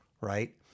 right